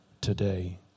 today